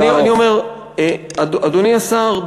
אדוני השר,